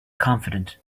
confident